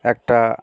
একটা